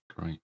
Great